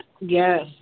Yes